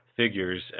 Figures